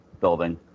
building